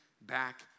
back